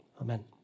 Amen